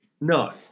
No